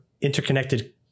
interconnected